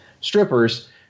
strippers